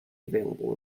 available